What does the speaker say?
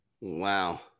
Wow